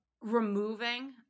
removing